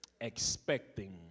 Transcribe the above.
expecting